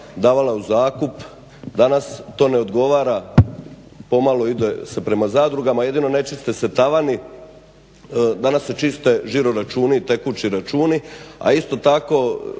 davala u zakup, danas to ne odgovara, pomalo se ide prema zadrugama jedino se ne čiste tavani, danas se čiste žiroračuni i tekući računi. A isto tako